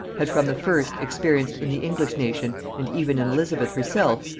had from the first experienced in the english nation, and even in elizabeth herself,